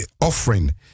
offering